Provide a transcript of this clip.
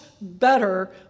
better